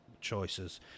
choices